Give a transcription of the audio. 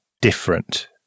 different